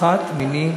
אחת מני רבות.